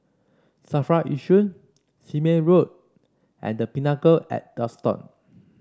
Safra Yishun Sime Road and The Pinnacle at Duxton